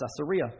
Caesarea